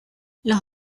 los